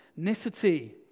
ethnicity